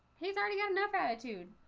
he's already got another attitude